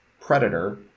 Predator